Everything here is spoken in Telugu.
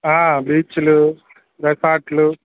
బీచ్లు రెసార్ట్లు